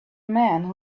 man